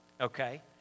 Okay